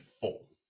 full